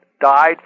died